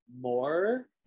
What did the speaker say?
more